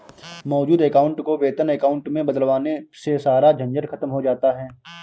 मौजूद अकाउंट को वेतन अकाउंट में बदलवाने से सारा झंझट खत्म हो जाता है